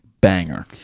banger